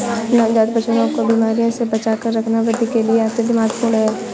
नवजात बछड़ों को बीमारियों से बचाकर रखना वृद्धि के लिए अत्यंत महत्वपूर्ण है